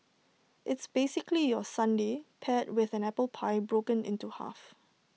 it's basically your sundae paired with an apple pie broken into half